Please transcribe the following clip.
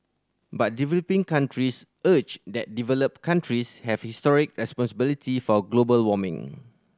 but developing countries argue that developed countries have historic responsibility for global warming